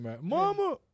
Mama